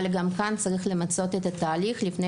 אבל גם כאן צריך למצות את התהליך לפני